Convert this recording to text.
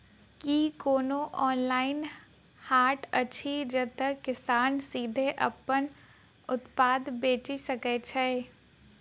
की कोनो ऑनलाइन हाट अछि जतह किसान सीधे अप्पन उत्पाद बेचि सके छै?